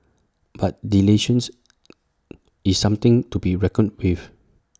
but dilutions is something to be reckoned with